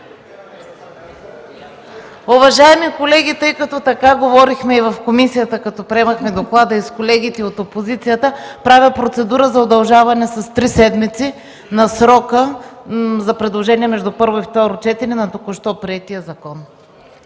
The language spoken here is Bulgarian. Уважаеми колеги, тъй като така говорихме и в комисията, когато приемахме доклада, и с колегите от опозицията, правя процедура за удължаване с три седмици на срока за предложения между първо и второ четене на току-що приетия закон.